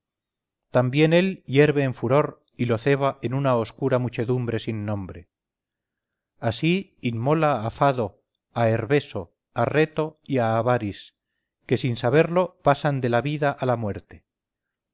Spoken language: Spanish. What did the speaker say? también él hierve en furor y lo ceba en una oscura muchedumbre sin nombre así inmola a fado a herbeso a reto y a abaris que sin saberlo pasan de la vida a la muerte